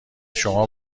شما